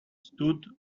stood